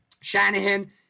Shanahan